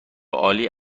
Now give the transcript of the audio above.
عالی